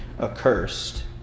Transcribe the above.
accursed